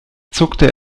zuckte